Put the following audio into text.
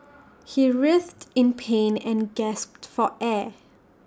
he writhed in pain and gasped for air